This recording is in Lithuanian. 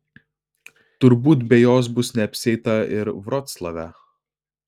turbūt be jos bus neapsieita ir vroclave